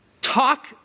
Talk